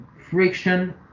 friction